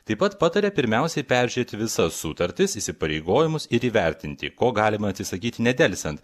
taip pat pataria pirmiausia peržiūrėti visas sutartis įsipareigojimus ir įvertinti ko galima atsisakyti nedelsiant